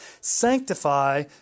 sanctify